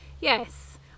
yes